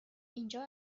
اینجا